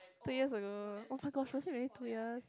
three years ago oh-my-gosh was it really two years